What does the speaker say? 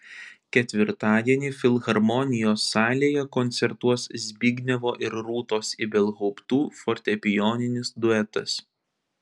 ketvirtadienį filharmonijos salėje koncertuos zbignevo ir rūtos ibelhauptų fortepijoninis duetas